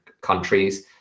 countries